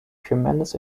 tremendous